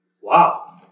Wow